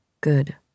Good